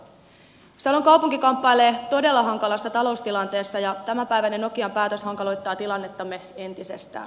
salon kaupunki kamppailee todella hankalassa taloustilanteessa ja tämänpäiväinen nokian päätös hankaloittaa tilannettamme entisestään